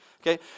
okay